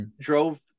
drove